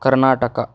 Karnataka